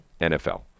NFL